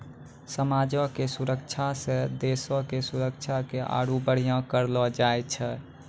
समाजो के सुरक्षा से देशो के सुरक्षा के आरु बढ़िया करलो जाय छै